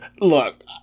look